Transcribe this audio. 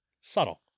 Subtle